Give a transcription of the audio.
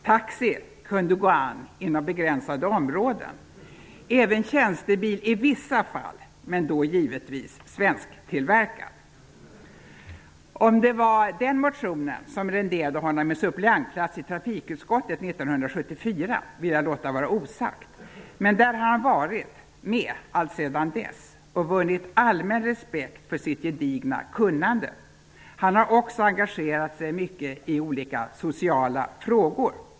Taxi kunde gå an inom begränsade områden, även tjänstebil i vissa fall, men då givetvis svensktillverkad. Om det var den motionen som renderade honom en suppleantplats i trafikutskottet 1974 vill jag låta vara osagt, men där har han varit med alltsedan dess och vunnit allmän respekt för sitt gedigna kunnande. Han har också engagerat sig mycket i olika sociala frågor.